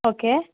okay